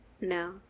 no